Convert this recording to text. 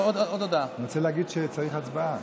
אני רוצה להגיד שצריך הצבעה.